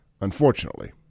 unfortunately